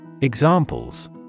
Examples